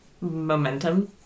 momentum